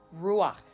Ruach